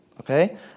Okay